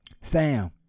Sam